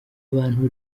abantu